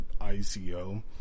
ICO